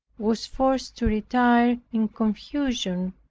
was forced to retire in confusion,